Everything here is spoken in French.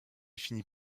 finit